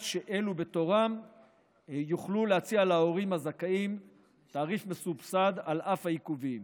שאלו בתורם יוכלו להציע להורים הזכאים תעריף מסובסד על אף העיכובים.